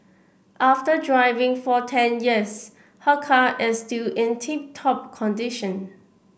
after driving for ten years her car is still in tip top condition